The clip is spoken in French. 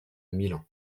milan